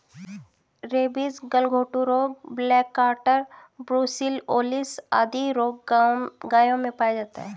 rabies, गलघोंटू रोग, black quarter, brucellosis आदि रोग गायों में पाया जाता है